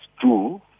two